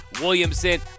Williamson